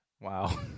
Wow